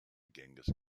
genghis